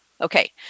Okay